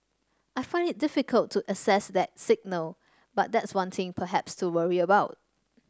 I find it difficult to assess that signal but that's one thing perhaps to worry about